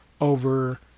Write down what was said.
over